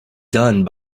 done